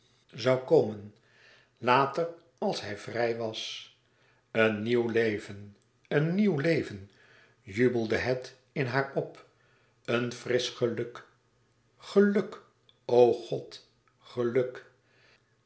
zoû komen later als hij vrij was een nieuw leven een nieuw leven jubelde het in haar op een frisch geluk geluk o god geluk